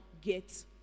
get